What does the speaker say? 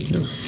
Yes